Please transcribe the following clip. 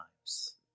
times